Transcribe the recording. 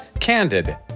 candid